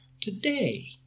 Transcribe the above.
today